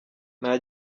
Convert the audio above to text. nta